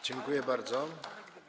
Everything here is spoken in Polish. Dziękuję bardzo.